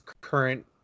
current